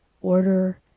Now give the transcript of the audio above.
order